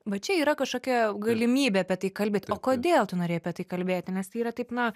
va čia yra kažkokia galimybė apie tai kalbėt o kodėl tu norėjai apie tai kalbėti nes tai yra taip na